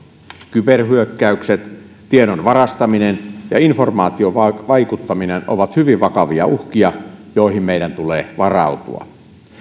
kyberhyökkäykset tiedon varastaminen ja informaatiovaikuttaminen ovat hyvin vakavia uhkia joihin meidän tulee varautua